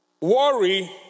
worry